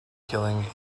killing